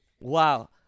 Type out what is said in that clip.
Wow